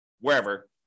wherever